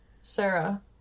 Sarah